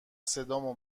صدامو